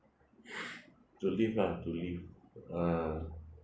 to leave lah to leave ah